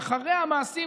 ואחרי המעשים,